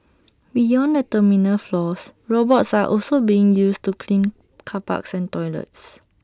beyond the terminal floors robots are also being used to clean car parks and toilets